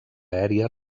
aèria